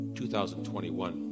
2021